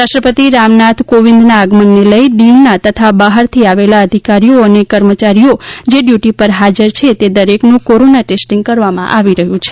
રાષ્ટ્રપતિ રામનાથ કોવિં દ ના આગમનને લઈ દીવના તથા બહાર થી આવેલા અધિકારીઓ અને કર્મચારીઓ જે ડ્યુટી પર હાજર છે તે દરેકનું કોરોના ટેસ્ટ કરવામાં આવી રહ્યું છે